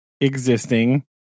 existing